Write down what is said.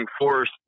force